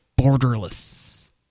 borderless